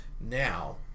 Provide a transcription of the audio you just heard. Now